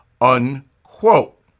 unquote